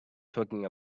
talking